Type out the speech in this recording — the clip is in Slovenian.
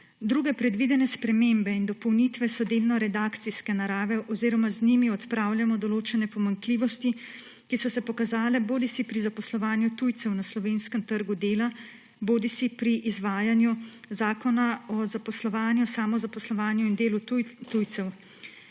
Druge predvidene spremembe in dopolnitve so delno redakcijske narave oziroma z njimi odpravljamo določene pomanjkljivosti, ki so se pokazale bodisi pri zaposlovanju tujcev na slovenskem trgu dela bodisi pri izvajanju Zakona o zaposlovanju, samozaposlovanju in delu tujcev.